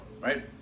right